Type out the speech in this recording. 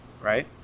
Right